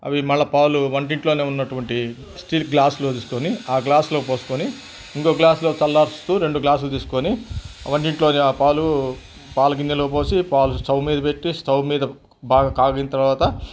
అవి మళ్ళా పాలు వంటింట్లోనే ఉన్నటువంటి స్టీల్ గ్లాస్లో తీసుకొని ఆ గ్లాస్లో పోసుకొని ఇంకో గ్లాసులో చల్లారుస్తూ రెండు గ్లాసులు తీసుకొని వంటింట్లో ఆ పాలు పాలగిన్నెలో పోసి పాలు స్టవ్ మీద పెట్టి స్టవ్ మీద బాగా కాగిన తరువాత